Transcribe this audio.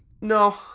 No